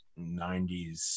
90s